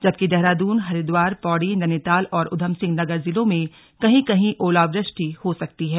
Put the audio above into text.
जबकि देहरादून हरिद्वार पौड़ी नैनीताल और उधमसिंह नगर जिलों में कहीं कहीं ओलावृष्टि हो सकती है